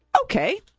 Okay